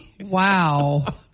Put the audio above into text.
Wow